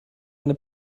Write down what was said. eine